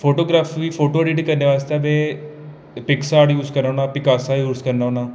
photography photo edit करने आस्तै में पिक्सां यूज करना होन्नां पिकासा यूज करना होन्नां